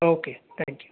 okay thank you